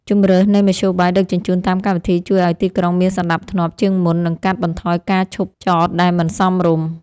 ជម្រើសនៃមធ្យោបាយដឹកជញ្ជូនតាមកម្មវិធីជួយឱ្យទីក្រុងមានសណ្តាប់ធ្នាប់ជាងមុននិងកាត់បន្ថយការឈប់ចតដែលមិនសមរម្យ។